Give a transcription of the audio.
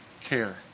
care